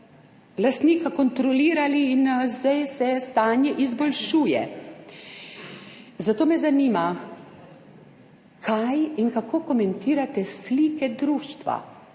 lastnika kontrolirali in zdaj se stanje izboljšuje.« Zato me zanima, kaj in kako komentirate slike društva,